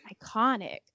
iconic